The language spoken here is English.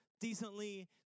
decently